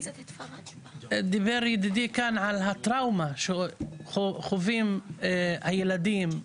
דיבר ידידי כאן על הטראומה שחווים הילדים,